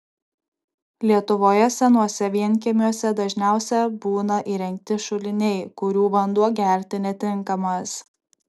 lietuvoje senuose vienkiemiuose dažniausia būna įrengti šuliniai kurių vanduo gerti netinkamas